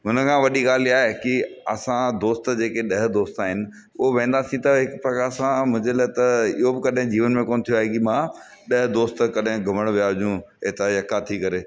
हुन खां वॾी ॻाल्हि इहा आहे की असां दोस्त जेके ॾह दोस्त आहिनि उहे वेंदासीं त हिकु प्रकार सां मुंहिंजे लाइ त इहो बि कॾैं जीवन में कोन थियो आहे की मां ॾह दोस्त कॾहिं घुमणु विया हुजूं हितां या काथी करे